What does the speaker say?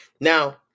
Now